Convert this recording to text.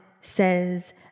says